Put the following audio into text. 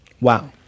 Wow